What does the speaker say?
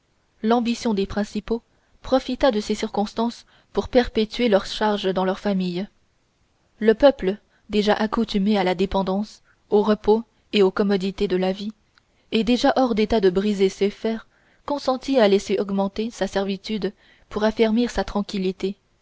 l'ambition des principaux profita de ces circonstances pour perpétuer leurs charges dans leurs familles le peuple déjà accoutumé à la dépendance au repos et aux commodités de la vie et déjà hors d'état de briser ses fers consentit à laisser augmenter sa servitude pour affermir sa tranquillité